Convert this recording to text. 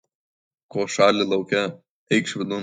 ko šąli lauke eikš vidun